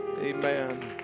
Amen